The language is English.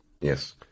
Yes